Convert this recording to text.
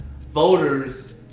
voters